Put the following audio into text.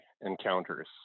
encounters